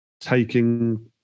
taking